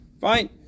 Fine